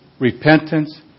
repentance